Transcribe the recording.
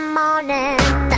morning